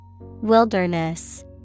Wilderness